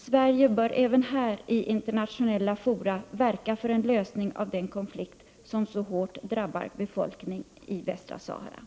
Sverige bör i internationella fora verka för en lösning av den konflikt som så hårt drabbar befolkningen i västra Sahara.